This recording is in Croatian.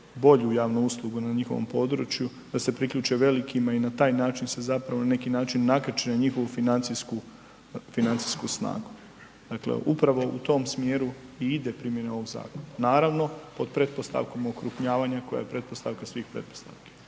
bolju javnu uslugu na njihovom području, da se priključe velikima i na taj način se zapravo na neki način nakače na njihovu financijsku snagu. Dakle upravo u tom smjeru i ide primjena ovog zakona, naravno pod pretpostavkom o okrupnjavanju koja je pretpostavka svih pretpostavki